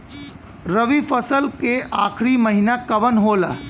रवि फसल क आखरी महीना कवन होला?